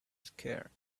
scared